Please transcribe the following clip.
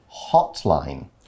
hotline